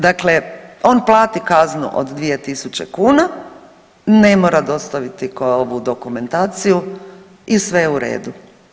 Dakle, on plati kaznu od 2.000 kuna, ne mora dostaviti … ovu dokumentaciju i sve je u redu.